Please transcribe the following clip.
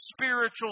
spiritual